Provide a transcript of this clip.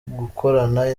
gukorana